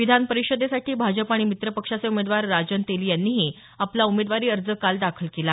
विधान परिषदेसाठी भाजपा आणि मित्र पक्षाचे उमेदवार राजन तेली यांनीही आपला उमेदवारी अर्ज काल दाखल केला